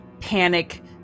panic